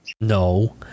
No